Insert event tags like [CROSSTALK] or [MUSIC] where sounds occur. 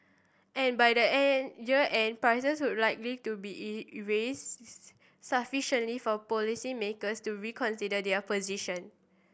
and by the [UNINTELLIGIBLE] year end prices would likely to be [UNINTELLIGIBLE] sufficiently for policymakers to reconsider their position